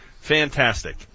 Fantastic